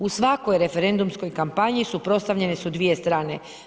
U svakoj referendumskoj kampanji suprotstavljene su dvije strane.